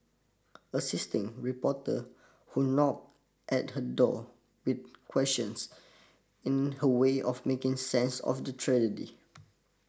assisting reporter who knock at her door with questions in her way of making sense of the tragedy